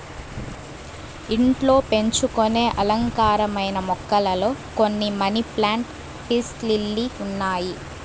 ఇంట్లో పెంచుకొనే అలంకారమైన మొక్కలలో కొన్ని మనీ ప్లాంట్, పీస్ లిల్లీ ఉన్నాయి